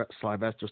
Sylvester